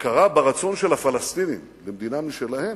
הכרה ברצון של הפלסטינים למדינה משלהם,